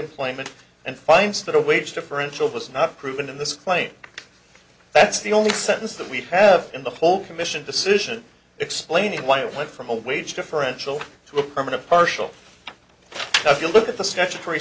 employment and finds that a wage differential was not proven in this claim that's the only sentence that we have in the whole commission decision explaining why it went from a wage differential to a permanent partial if you look at the statutory